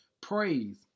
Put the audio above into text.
praise